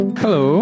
hello